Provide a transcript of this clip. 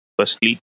firstly